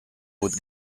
with